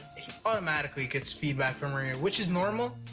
he automatically gets feedback from maria, which is normal,